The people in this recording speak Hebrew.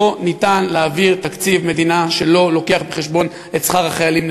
אי-אפשר להעביר תקציב מדינה שלא מביא בחשבון את שכר החיילים,